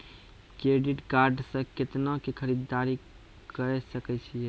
Credit card से कितना के खरीददारी करे सकय छियै?